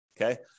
okay